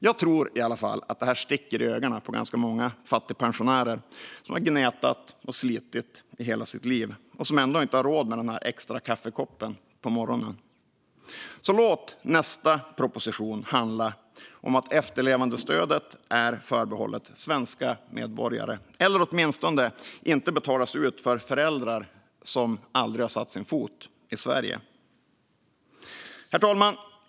Jag tror i alla fall att det här sticker i ögonen på ganska många fattigpensionärer som har gnetat och slitit i hela sitt liv men ändå inte har råd med den där extra kaffekoppen på morgonen. Låt alltså nästa proposition handla om att efterlevandestödet ska vara förbehållet svenska medborgare eller åtminstone inte betalas ut för föräldrar som aldrig har satt sin fot i Sverige! Herr talman!